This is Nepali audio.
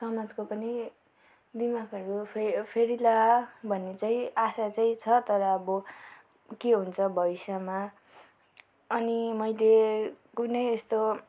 समाजको पनि दिमागहरू फेरि फेरिएला भन्ने चाहिँ आशा चाहिँ छ तर अब के हुन्छ भविष्यमा अनि मैले कुनै यस्तो